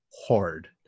hard